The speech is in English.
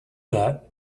that